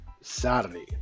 Saturday